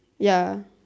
ya